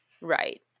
Right